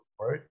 right